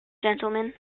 gentleman